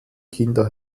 kinder